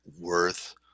worth